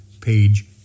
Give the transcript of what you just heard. page